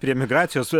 prie emigracijos